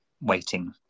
waiting